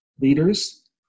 leaders